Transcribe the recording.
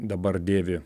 dabar dėvi